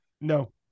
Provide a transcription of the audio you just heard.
No